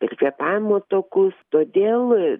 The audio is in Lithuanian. ir kvėpavimo takus todėl